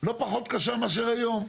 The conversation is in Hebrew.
לא פחות קשה מאשר היום.